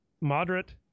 moderate